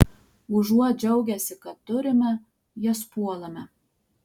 užuot džiaugęsi kad turime jas puolame